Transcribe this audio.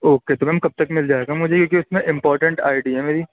okay تو ma'am کب تک مِل جائے گا مجھے کیونکہ اِس میں امپارٹینٹ آئی ڈی ہے میری